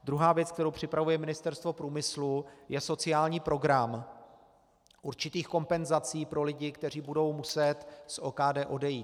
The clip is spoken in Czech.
Druhá věc, kterou připravuje Ministerstvo průmyslu, je sociální program určitých kompenzací pro lidi, kteří budou muset z OKD odejít.